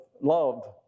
love